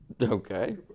okay